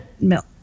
milk